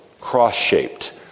cross-shaped